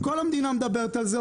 כל המדינה מדברת על זה,